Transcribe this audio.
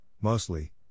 mostly